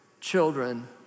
children